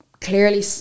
clearly